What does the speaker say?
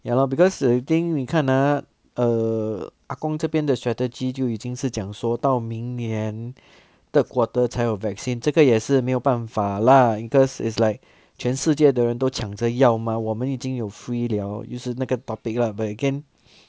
ya lah because you think 你看 ah err 啊公这边的 strategy 就已经是讲说到明年 third quarter 才有 vaccine 这个也是没有办法 lah because is like 全世界的人都抢着要 mah 我们已经有 free liao 又是那个 topic lah but again